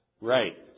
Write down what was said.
Right